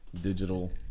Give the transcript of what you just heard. digital